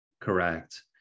Correct